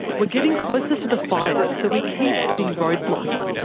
we're getting closer to the fires, so we keep hitting roadblocks.